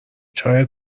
چای